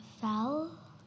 fell